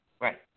Right